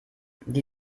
die